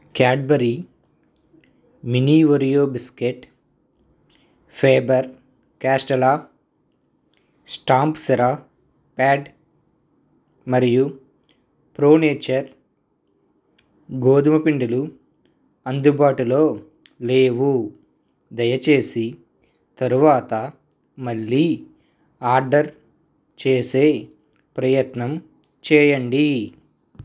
Cadbury mini Oreo biscuit Faber Castell స్టాంసిరా pad మరియు Pro Nature గోధుమ పిండిలు అందుబాటులో లేవు దయచేసి తర్వాత మళ్ళీ ఆర్డర్ చేసే ప్రయత్నం చేయండి